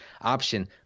option